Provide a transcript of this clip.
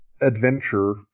adventure